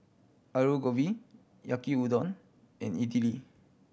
Alu Gobi Yaki Udon and Idili